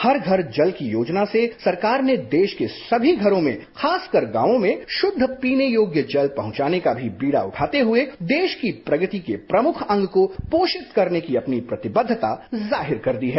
हर घर जल की योजना से सरकार ने देश के सभी घरों में खासकर गांव में शद्ध पीने योग्य जल पहचाने का भी बीड़ा उठाते हुए देश की प्रगति के प्रमुख अंग को पोषित करने की अपनी प्रतिबद्धता जाहिर कर दी है